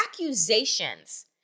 accusations